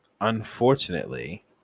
Unfortunately